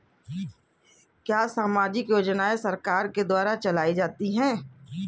क्या सामाजिक योजनाएँ सरकार के द्वारा चलाई जाती हैं?